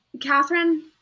Catherine